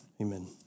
amen